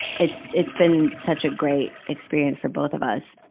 it's, it's been such a great experience for both of us.